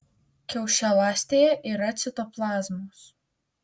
kiaušialąstėje yra citoplazmos